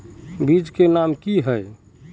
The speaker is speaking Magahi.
बीज के नाम की है?